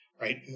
right